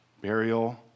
burial